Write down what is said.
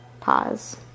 Pause